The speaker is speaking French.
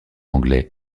anglais